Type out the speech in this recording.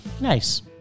Nice